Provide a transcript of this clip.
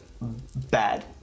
Bad